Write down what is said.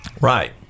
Right